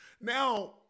now